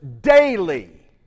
daily